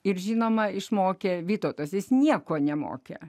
ir žinoma išmokė vytautas jis nieko nemokė